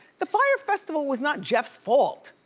the fyre festival was not jeff's fault,